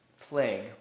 plague